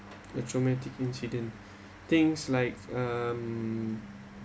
a traumatic incident things like um